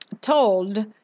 told